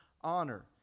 honor